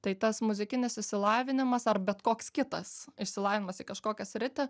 tai tas muzikinis išsilavinimas ar bet koks kitas išsilavinimas į kažkokią sritį